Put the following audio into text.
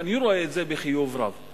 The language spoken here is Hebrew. ואני רואה את זה בחיוב רב.